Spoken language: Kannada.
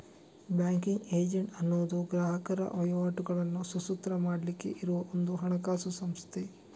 ಬ್ಯಾಂಕಿಂಗ್ ಏಜೆಂಟ್ ಅನ್ನುದು ಗ್ರಾಹಕರ ವಹಿವಾಟುಗಳನ್ನ ಸುಸೂತ್ರ ಮಾಡ್ಲಿಕ್ಕೆ ಇರುವ ಒಂದು ಹಣಕಾಸು ಸಂಸ್ಥೆ